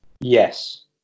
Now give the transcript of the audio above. Yes